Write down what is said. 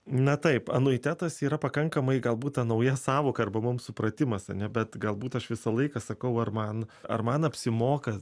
na taip anuitetas yra pakankamai galbūt ta nauja sąvoka arba mums supratimas ane bet galbūt aš visą laiką sakau ar man ar man apsimoka